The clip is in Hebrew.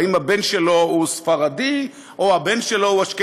האם הבן שלו הוא ספרדי או אשכנזי.